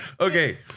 Okay